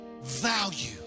value